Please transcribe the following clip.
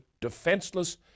defenseless